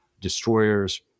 destroyers